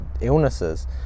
illnesses